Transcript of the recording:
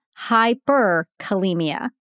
hyperkalemia